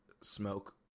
smoke